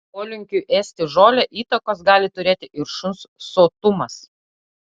polinkiui ėsti žolę įtakos gali turėti ir šuns sotumas